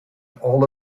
all